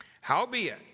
Howbeit